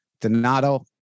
Donato